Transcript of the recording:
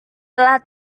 telah